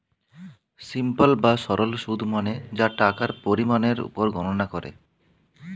simple বা সরল সুদ মানে যা টাকার পরিমাণের উপর গণনা করে